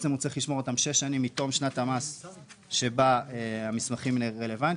הוא צריך לשמור אותם שש שנים מתום שנת המס בה המסמכים רלוונטיים.